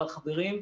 אבל, חברים,